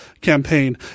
campaign